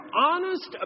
honest